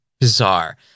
bizarre